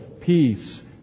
peace